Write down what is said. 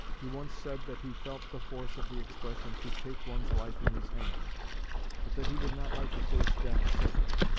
he once said that he felt the force of the expression, to take one's life in his hand but that he would not like to face death suddenly.